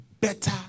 better